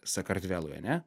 sakartvelui ane